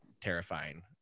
terrifying